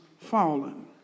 fallen